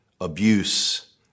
abuse